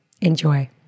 Enjoy